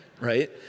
right